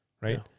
right